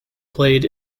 played